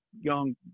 young